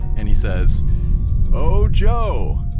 and he says oh joe!